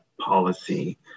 policy